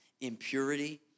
impurity